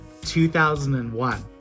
2001